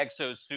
exosuit